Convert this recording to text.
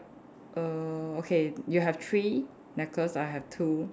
err okay you have three necklace I have two